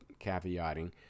caveating